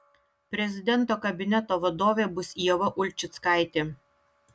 prezidento kabineto vadovė bus ieva ulčickaitė